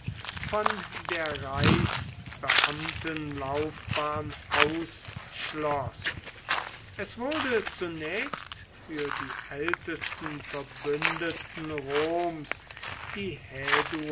von der reichsbeamtenlaufbahn ausschloß es wurde zunächst für die ältesten verbündeten roms die